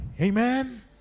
Amen